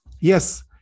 yes